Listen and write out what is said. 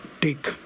take